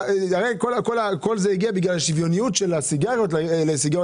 כל זה הגיע בגלל שוויוניות של הסיגריות לסיגריות